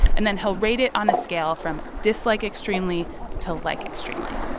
and then he'll rate it on a scale from dislike extremely to like extremely.